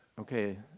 Okay